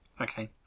Okay